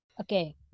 Okay